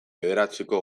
bederatziko